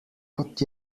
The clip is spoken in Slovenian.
kot